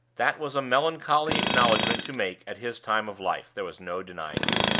that was a melancholy acknowledgment to make at his time of life, there was no denying it.